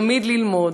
תמיד ללמוד.